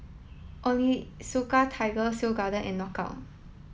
Onitsuka Tiger Seoul Garden and Knockout